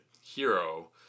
hero